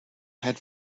had